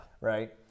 Right